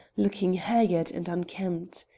looking haggard and unkempt.